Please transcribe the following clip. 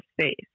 space